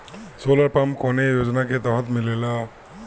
Solar pump कौने योजना के तहत मिलेला?